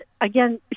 again